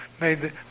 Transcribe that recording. made